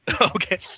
Okay